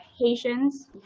Haitians